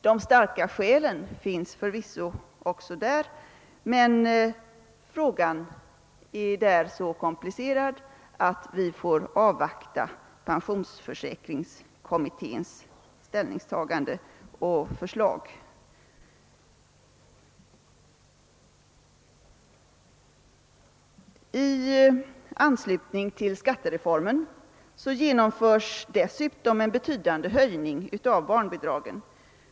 De starka skälen finns förvisso också där, men den frågan är så komplicerad att vi får avvakta pensionsförsäkringskommitténs ställningstagande och förslag. I anslutning till skattereformen genomförs dessutom en betydande höjning av barnbidragen.